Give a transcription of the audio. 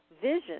vision